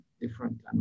different